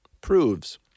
proves